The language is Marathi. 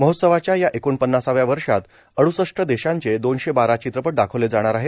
महोत्सवाच्या या एकोणपन्नासाव्या वर्षात अडुसष्ट देशांचे दोनशे बारा चित्रपट दाखवले जाणार आहेत